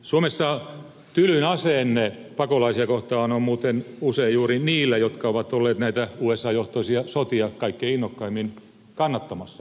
suomessa tylyin asenne pakolaisia kohtaan on muuten usein juuri niillä jotka ovat olleet näitä usa johtoisia sotia kaikkein innokkaimmin kannattamassa